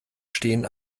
stehen